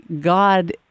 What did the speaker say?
God